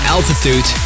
Altitude